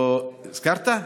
הזכרת?